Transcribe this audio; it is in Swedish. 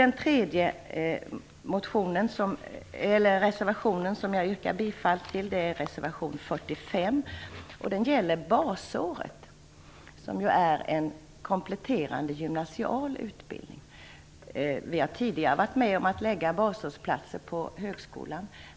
Den tredje reservationen som jag yrkar bifall till är reservation 45. Den gäller basåret som ju är en kompletterande gymnasial utbildning. Vi har tidigare varit med om att lägga basårsplatser på högskolan.